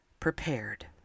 prepared